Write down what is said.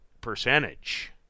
percentage